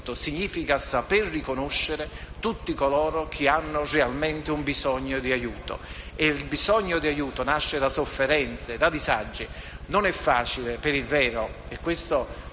Significano saper riconoscere tutti coloro che hanno realmente un bisogno di aiuto. E il bisogno di aiuto nasce da sofferenze e disagi. Non è facile per il vero